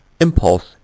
impulse